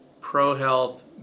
pro-health